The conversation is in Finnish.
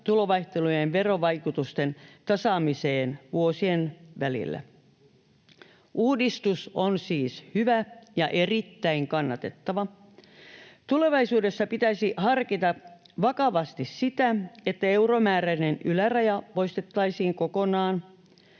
tulovaihtelujen verovaikutusten tasaamiseen vuosien välillä. Uudistus on siis hyvä ja erittäin kannatettava. Tulevaisuudessa pitäisi harkita vakavasti sitä, että euromääräinen yläraja poistettaisiin kokonaan